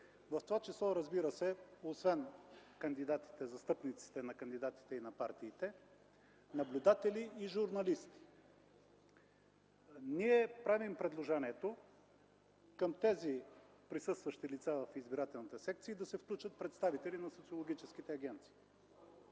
в това число, разбира се, освен застъпниците на кандидатите и на партиите, наблюдатели и журналисти. Правим предложение към присъстващите лица в избирателната секция да се включат представители на социологическите агенции.